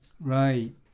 Right